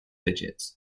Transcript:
digits